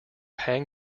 hang